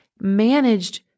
managed